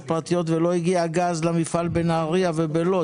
פרטיות ולא הגיע גז למפעל בנהריה ובלוד,